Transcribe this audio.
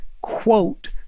quote